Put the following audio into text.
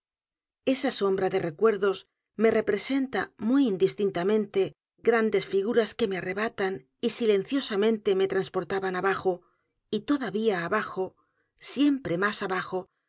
esa sombra de recuerdos me presenta muy indistintamente grandes figuras que me arrebataban y silenciosamente me trasportaban abajo y todavía abajo siempre más abajo